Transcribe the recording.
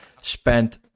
spent